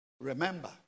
Remember